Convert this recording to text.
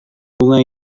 bunga